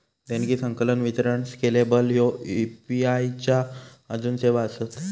देणगी, संकलन, वितरण स्केलेबल ह्ये यू.पी.आई च्या आजून सेवा आसत